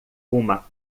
uma